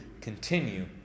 continue